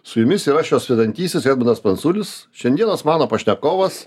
su jumis yra šios vedantysis edmundas pranculis šiandienos mano pašnekovas